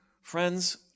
Friends